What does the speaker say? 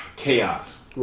chaos